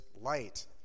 light